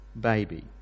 Baby